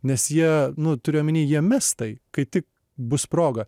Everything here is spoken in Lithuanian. nes jie nu turiu omeny jie mes tai kai tik bus proga